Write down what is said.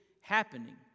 happening